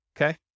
okay